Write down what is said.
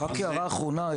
רק הערה אחרונה,